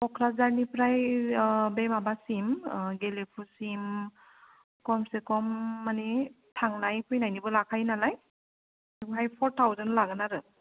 क'क्राझारनिफ्राय बे माबासिम गेलेफुसिम खमसे खम माने थांनाय फैनायनिबो लाखायो नालाय ओमफ्राय फर थाउजेन्ड लागोन आरो